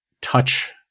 touch